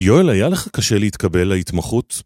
יואל, היה לך קשה להתקבל להתמחות?